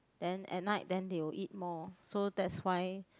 then at night then they will eat more so that's why